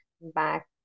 back